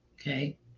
Okay